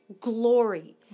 glory